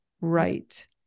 right